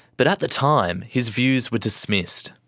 but at the time, his views were dismissed.